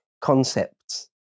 Concepts